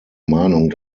meinung